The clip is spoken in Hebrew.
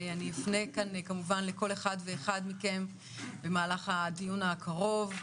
אני אפנה כאן כמובן לכל אחד ואחד מכם במהלך הדיון הקרוב,